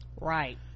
right